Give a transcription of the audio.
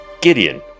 Gideon